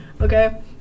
Okay